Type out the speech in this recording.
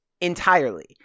entirely